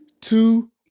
two